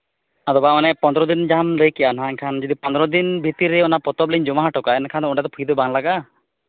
ᱟᱫᱚ ᱵᱟᱝ ᱚᱱᱮ ᱯᱚᱸᱫᱽᱨᱚ ᱫᱤᱱ ᱡᱟᱦᱟᱸᱢ ᱞᱟᱹᱭ ᱠᱮᱜᱼᱟ ᱱᱟᱜ ᱟᱢ ᱡᱩᱫᱤ ᱯᱚᱸᱫᱽᱨᱚ ᱫᱤᱱ ᱵᱷᱤᱛᱤᱨ ᱨᱮ ᱚᱱᱟ ᱯᱚᱛᱚᱵ ᱞᱤᱧ ᱡᱚᱢᱟ ᱦᱚᱴᱚ ᱠᱟᱜᱼᱟ ᱚᱸᱰᱮ ᱫᱚ ᱯᱷᱤ ᱫᱚ ᱵᱟᱝ ᱞᱟᱜᱟᱜᱼᱟ